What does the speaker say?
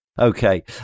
Okay